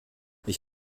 ich